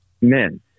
men